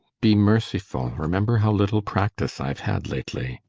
be merciful. remember how little practise i've had lately.